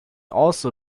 also